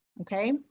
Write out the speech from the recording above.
Okay